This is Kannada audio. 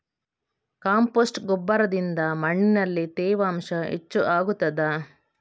ಕಾಂಪೋಸ್ಟ್ ಗೊಬ್ಬರದಿಂದ ಮಣ್ಣಿನಲ್ಲಿ ತೇವಾಂಶ ಹೆಚ್ಚು ಆಗುತ್ತದಾ?